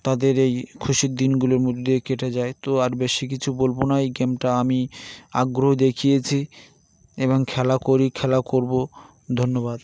তাদের এই খুশির দিনগুলোর মধ্যে কেটে যায় তো আর বেশি কিছু বলবো না এই গেমটা আমি আগ্রহ দেখিয়েছি এবং খেলা করি খেলা করবো ধন্যবাদ